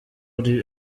ari